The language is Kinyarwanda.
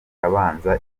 abanza